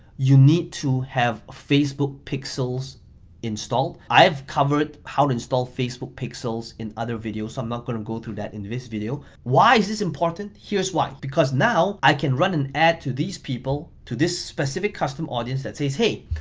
you need to have facebook pixels installed. i have covered how to install facebook pixels in other videos so i'm not gonna go through that in this video. why is this important? here's why, because now i can run an ad to these people to this specific custom audience that says, hey,